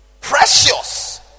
Precious